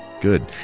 Good